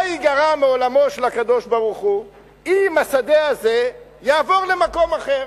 מה ייגרע מעולמו של הקדוש-ברוך-הוא אם השדה הזה יעבור למקום אחר?